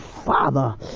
Father